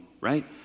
right